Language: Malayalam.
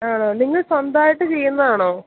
ആണോ നിങ്ങൾ സ്വന്തമായിട്ട് ചെയ്യുന്നതാണോ